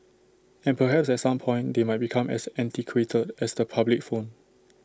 and perhaps at some point they might become as antiquated as the public phone